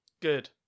Good